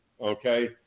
Okay